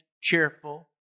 cheerful